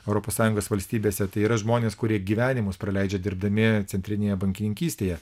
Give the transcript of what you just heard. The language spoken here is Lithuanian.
europos sąjungos valstybėse tai yra žmonės kurie gyvenimus praleidžia dirbdami centrinėje bankininkystėje